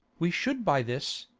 we should by this,